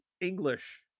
English